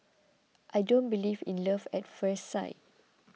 I don't believe in love at first sight